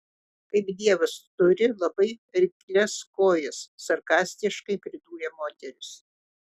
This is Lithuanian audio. kaip dievas tu turi labai eiklias kojas sarkastiškai pridūrė moteris